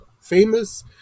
Famous